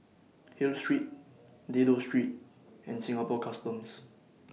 Hill Street Dido Street and Singapore Customs